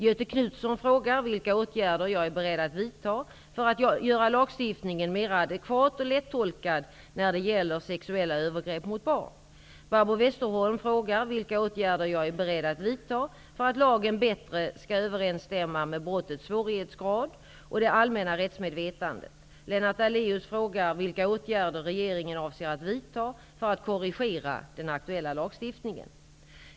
Göthe Knutson frågar vilka åtgärder jag är beredd att vidta för att göra lagstiftningen mera adekvat och lättolkad när det gäller sexuella övergrepp mot barn. Barbro Westerholm frågar vilka åtgärder jag är beredd att vidta för att lagen bättre skall överensstämma med brottets svårighetsgrad och det allmänna rättsmedvetandet. Lennart Daléus frågar vilka åtgärder regeringen avser att vidta för att korrigera den aktuella lagstiftningen.